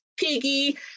Piggy